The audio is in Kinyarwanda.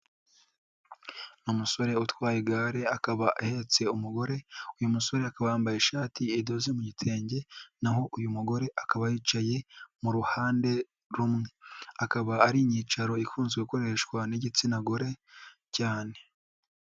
Ni umusore utwaye igare, akaba ahetse umugore, uyu musore akaba wambaye ishati idoze mu gite naho uyu mugore akaba yicaye mu ruhande rumwe. Akaba ari inyicaro ikunze gukoreshwa n'igitsina gore cyane.